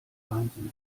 wahnsinn